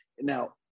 Now